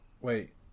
Wait